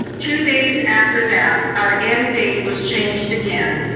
two days after that our end date was changed again.